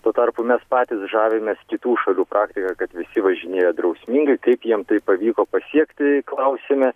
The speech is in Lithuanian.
tuo tarpu mes patys žavimės kitų šalių praktika kad visi važinėja drausmingai kaip jiem tai pavyko pasiekti klausėme